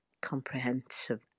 comprehensive